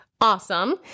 awesome